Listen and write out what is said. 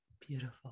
Beautiful